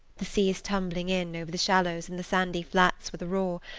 the sea is tumbling in over the shallows and the sandy flats with a roar,